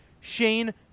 Shane